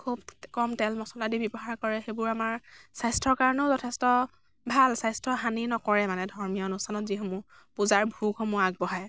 খুব কম তেল মচলা দি ব্য়ৱহাৰ কৰে সেইবোৰ আমাৰ স্বাস্থ্য়ৰ কাৰণেও যথেষ্ট ভাল স্বাস্থ্য় হানি নকৰে মানে ধৰ্মীয় অনুষ্ঠানত যিসমূহ পূজাৰ ভোগসমূহ আগবঢ়ায়